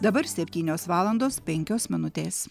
dabar septynios valandos penkios minutės